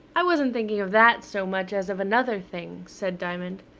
i wasn't thinking of that so much as of another thing, said diamond.